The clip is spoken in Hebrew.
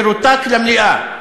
ירותק למליאה.